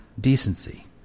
decency